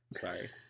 Sorry